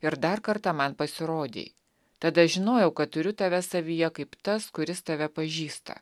ir dar kartą man pasirodei tada žinojau kad turiu tave savyje kaip tas kuris tave pažįsta